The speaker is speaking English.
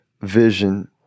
vision